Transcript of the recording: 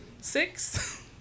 Six